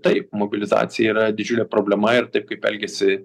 taip mobilizacija yra didžiulė problema ir taip kaip elgiasi